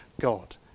God